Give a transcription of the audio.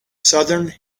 southern